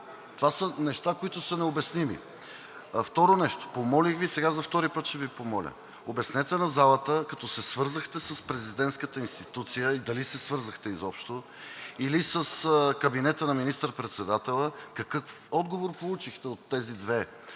Това са неща, които са необясними. Второ нещо. Помолих Ви, сега за втори път ще Ви помоля. Обяснете на залата, като се свързахте с президентската институция – дали се свързахте изобщо, или с кабинета на министър-председателя, какъв отговор получихте от тези две